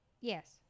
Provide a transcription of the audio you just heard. Yes